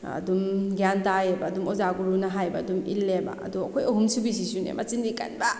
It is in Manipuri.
ꯑꯗꯨꯝ ꯒꯌꯥꯟ ꯇꯥꯏꯑꯕ ꯑꯗꯨꯝ ꯑꯣꯖꯥ ꯒꯨꯔꯨꯅ ꯍꯥꯏꯕ ꯑꯗꯨꯝ ꯏꯜꯂꯦꯕ ꯑꯗꯣ ꯑꯩꯈꯣꯏ ꯑꯍꯨꯝ ꯁꯨꯕꯤꯁꯤꯁꯨꯅꯦ ꯃꯆꯤꯟꯗꯤ ꯀꯟꯕ